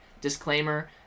Disclaimer